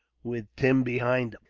with tim behind him.